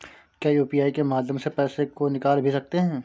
क्या यू.पी.आई के माध्यम से पैसे को निकाल भी सकते हैं?